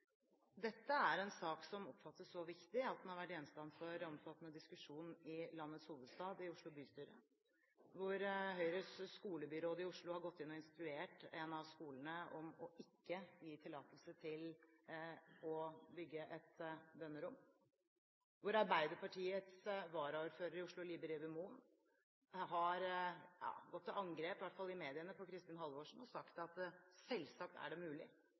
Dette er en sak som oppfattes så viktig at den har vært gjenstand for omfattende diskusjon i landets hovedstad, i Oslo bystyre, hvor Høyres skolebyråd i Oslo har gått inn og instruert en av skolene om ikke å gi tillatelse til å bygge et bønnerom; hvor Arbeiderpartiets varaordfører i Oslo, Libe Rieber-Mohn, har gått til angrep – i hvert fall i mediene – på Kristin Halvorsen og sagt at det selvsagt er mulig